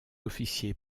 officier